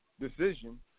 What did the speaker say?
decision